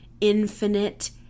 infinite